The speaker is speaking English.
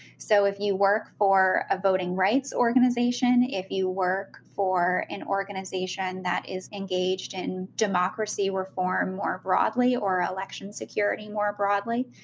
so if you work for a voting rights organization, if you work for an organization that is engaged in democracy reform more broadly or election security more broadly,